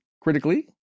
critically